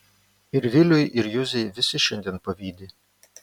ir viliui ir juzei visi šiandien pavydi